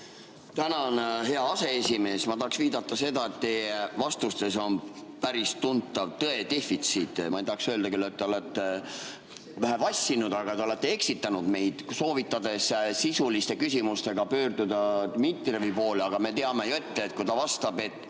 Tänan, hea aseesimees! Ma tahaks viidata sellele, et teie vastustes on päris tuntav tõedefitsiit. Ma ei tahaks küll öelda, et te olete väheke vassinud, aga ütlen siiski, te olete eksitanud meid, soovitades sisuliste küsimustega pöörduda Dmitrijevi poole. Me teame ju ette, et kui ta vastab